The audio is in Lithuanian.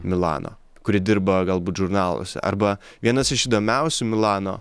milano kuri dirba galbūt žurnaluose arba vienas iš įdomiausių milano